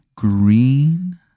Green